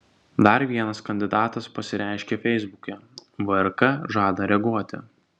dar vienas kandidatas pasireiškė feisbuke vrk žada reaguoti